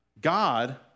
God